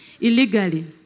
illegally